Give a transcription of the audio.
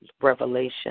revelation